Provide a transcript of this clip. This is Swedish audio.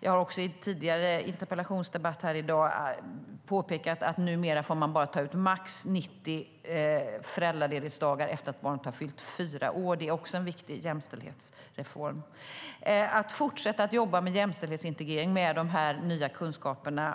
Jag har också i en tidigare interpellationsdebatt här i dag påpekat att man numera bara får ta ut max 90 föräldraledighetsdagar efter att barnet har fyllt fyra år. Det är också en viktig jämställdhetsreform. Det gäller att fortsätta jobba med jämställdhetsintegrering utifrån de nya kunskaper